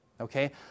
Okay